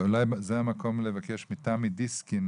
אולי זה המקום לבקש את ההתייחסות מתמי דיסקין,